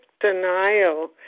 denial